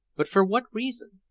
but for what reason?